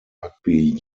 rugby